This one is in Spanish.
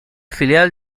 filial